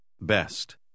Best